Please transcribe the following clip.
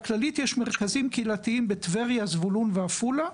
לכללית יש מרכזים קהילתיים בטבריה, זבולון ועפולה,